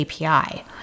API